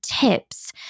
tips